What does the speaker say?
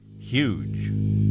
huge